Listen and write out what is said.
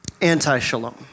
anti-shalom